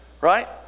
right